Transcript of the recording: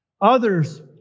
Others